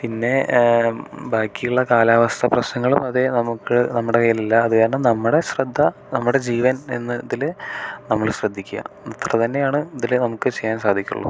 പിന്നെ ബാക്കിയുള്ള കാലാവസ്ഥാപ്രശ്നങ്ങളും അതെ നമുക്ക് നമ്മുടെ കയ്യിലില്ല അതുകാരണം നമ്മുടെ ശ്രദ്ധ നമ്മുടെ ജീവൻ എന്നതിൽ നമ്മൾ ശ്രദ്ധിക്കുക അത്രതന്നെയാണ് ഇതിൽ നമുക്ക് ചെയ്യാൻ സാധിക്കുകയുള്ളു